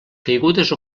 caigudes